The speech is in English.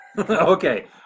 Okay